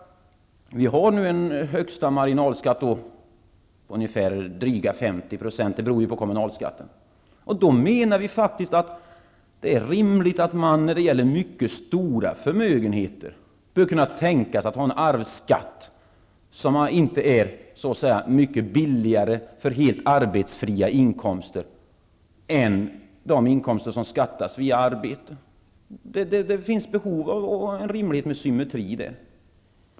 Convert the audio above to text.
Vi har nu en högsta marginalskatt på dryga 50 %, det beror ju på kommunalskatten. Vi från Vänsterpartiet menar faktiskt att det är rimligt att man när det gäller mycket stora förmögenheter skall kunna tänka sig att ha en arvsskatt som inte är så mycket lägre för helt arbetsfria inkomster än för de inkomster som skattas via arbete. Det finns behov av rimlig symmetri i detta.